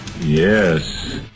Yes